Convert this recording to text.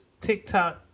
tiktok